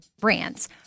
brands